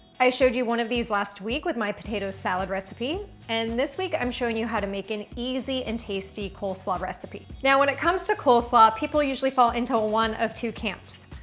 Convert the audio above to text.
i showed you one of these last week with my potato salad recipe. and this week, i'm showing you how to make an easy and tasty coleslaw recipe. now, when it comes to coleslaw, people usually fall into one of two camps.